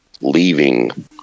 leaving